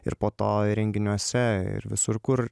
ir po to ir renginiuose ir visur kur